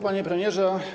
Panie Premierze!